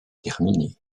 terminé